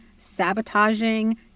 sabotaging